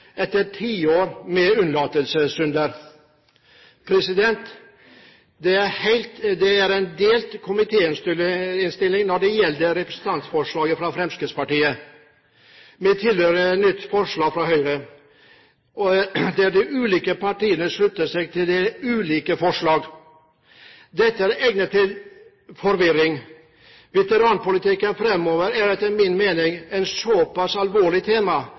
etter tiår med unnlatelsessynder. Det er en delt komitéinnstilling når det gjelder representantforslaget fra Fremskrittspartiet, med tilhørende nytt forslag fra Høyre, og de ulike partiene slutter seg til ulike forslag. Dette er egnet til forvirring. Veteranpolitikken framover er etter min mening et såpass alvorlig tema